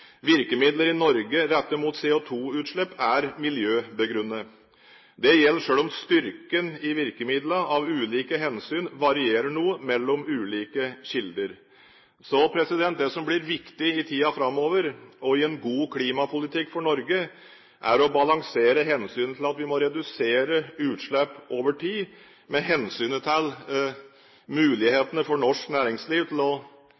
rettet mot CO2-utslipp er miljøbegrunnet. Det gjelder selv om styrken i virkemidlene av ulike hensyn varierer noe mellom ulike kilder. Så det som blir viktig i tiden framover og i en god klimapolitikk for Norge, er å balansere hensynet til at vi må redusere utslipp over tid, med hensynet til mulighetene for norsk næringsliv til å